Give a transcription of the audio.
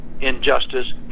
injustice